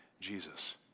Jesus